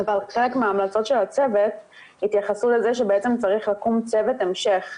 אבל חלק מההמלצות של הצוות התייחסו לזה שבעצם צריך לקום צוות המשך,